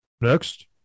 Next